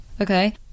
Okay